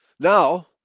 Now